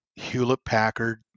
Hewlett-Packard